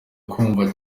kumvwa